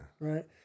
Right